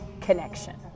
connection